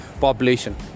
population